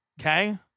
Okay